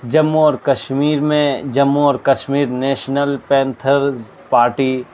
جموں اور کشمیر میں جموں اور کشمیر نیشنل پینتھرز پارٹی